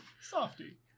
Softy